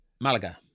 Malaga